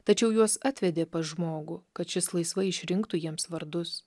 tačiau juos atvedė pas žmogų kad šis laisvai išrinktų jiems vardus